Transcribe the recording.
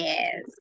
Yes